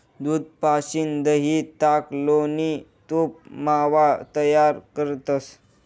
दूध पाशीन दही, ताक, लोणी, तूप, मावा तयार करतंस